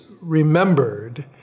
remembered